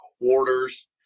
quarters